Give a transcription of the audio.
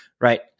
right